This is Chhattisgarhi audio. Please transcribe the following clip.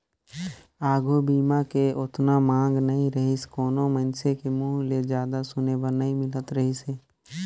आघू बीमा के ओतना मांग नइ रहीसे कोनो मइनसे के मुंहूँ ले जादा सुने बर नई मिलत रहीस हे